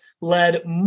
led